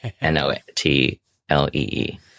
N-O-T-L-E-E